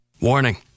Warning